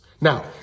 Now